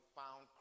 found